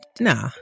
nah